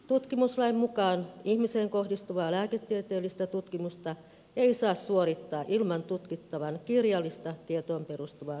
tutkimuslain mukaan ihmiseen kohdistuvaa lääketieteellistä tutkimusta ei saa suorittaa ilman tutkittavan kirjallista tietoon perustuvaa suostumusta